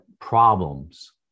problems